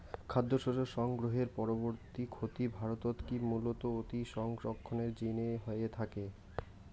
খাদ্যশস্য সংগ্রহের পরবর্তী ক্ষতি ভারতত কি মূলতঃ অতিসংরক্ষণের জিনে হয়ে থাকে?